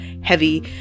heavy